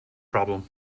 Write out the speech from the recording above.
problem